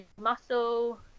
muscle